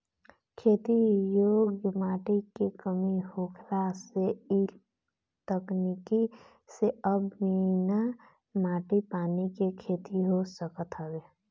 खेती योग्य माटी के कमी होखला से इ तकनीकी से अब बिना माटी पानी के खेती हो सकत हवे